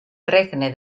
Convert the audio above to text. regne